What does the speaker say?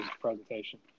presentation